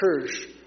church